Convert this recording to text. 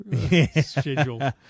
schedule